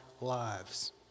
lives